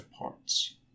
parts